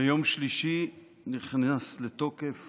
ביום שלישי נכנסו לתוקף